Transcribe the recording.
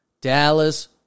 Dallas